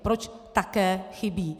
Proč také chybí.